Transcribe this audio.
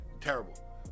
Terrible